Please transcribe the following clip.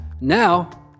Now